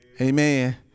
Amen